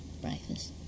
Breakfast